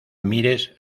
mires